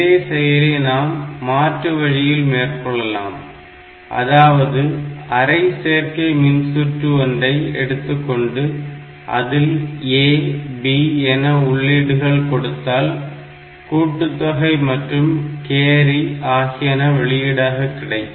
இதே செயலை நாம் மாற்று வழியில் மேற்கொள்ளலாம் அதாவது அரை சேர்க்கை மின்சுற்று ஒன்றை எடுத்துக்கொண்டு அதில் A B என உள்ளீடுகள் கொடுத்தால் கூட்டுத்தொகை மற்றும் கேரி ஆகியன வெளியீடுகளாக கிடைக்கும்